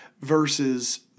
versus